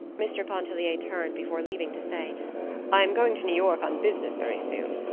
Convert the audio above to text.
mr. pontellier turned before leaving to say i am going to new york on business very soon.